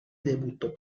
debutó